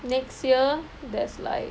next year there's like